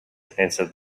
answered